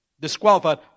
disqualified